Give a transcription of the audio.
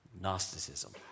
Gnosticism